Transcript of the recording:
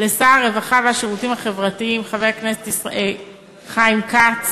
לשר הרווחה והשירותים החברתיים חבר הכנסת חיים כץ,